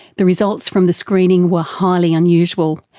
the results from the screening were highly unusual,